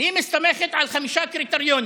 היא מסתמכת על חמישה קריטריונים: